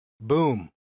boom